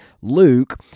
Luke